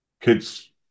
kids